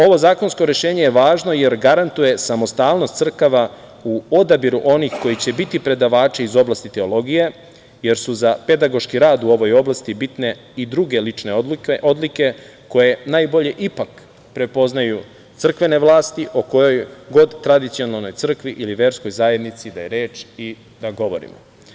Ovo zakonsko rešenje je važno, jer garantuje samostalnost crkava u odabiru onih koji će biti predavači iz oblasti teologije jer su za pedagoški rad u ovoj oblasti bitne i druge lične odlike koje najbolje, ipak, prepoznaju crkvene vlasti o kojoj god tradicionalnoj crkvi ili verskoj zajednici da je reč i da govorimo.